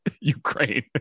ukraine